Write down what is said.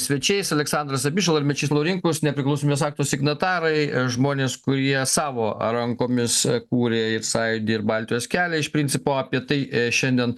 svečiais aleksandras abišala ir mečys laurinkus nepriklausomybės akto signatarai žmonės kurie savo rankomis kūrė ir sąjūdį ir baltijos kelią iš principo apie tai šiandien